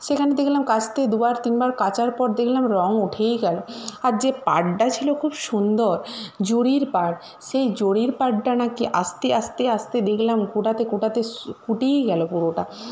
সেখানে দেখলাম কাচতে দুবার তিনবার কাচার পর দেখলাম রঙ উঠেই গেল আর যে পাড়ডা ছিল খুব সুন্দর জড়ির পাড় সেই জড়ির পাড়টা নাকি আস্তে আস্তে আস্তে দেখলাম গোটাতে গোটাতে গুটিয়েই গেল পুরোটা